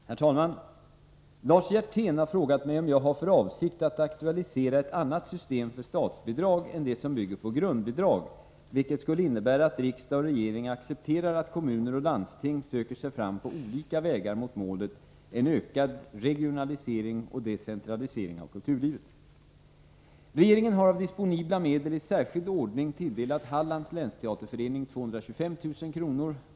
Herr talman! Lars Hjertén har frågat mig om jag har för avsikt att aktualisera ett annat system för statsbidrag än det som bygger på grundbidrag, vilket skulle innebära att riksdag och regering accepterar att kommuner och landsting söker sig fram på olika vägar mot målet: en ökad regionalisering och decentralisering av kulturlivet. Regeringen har av disponibla medel i särskild ordning tilldelat Hallands länsteaterförening 225 000 kr.